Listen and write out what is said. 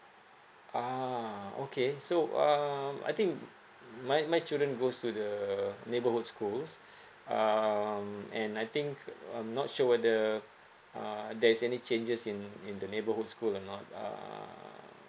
ah okay so um I think my my children goes to the neighbourhood schools um and I think I'm not sure whether uh there is any changes in in the neighbourhood school or not uh